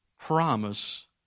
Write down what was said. promise